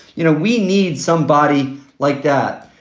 you know, we need somebody like that.